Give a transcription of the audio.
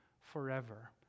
forever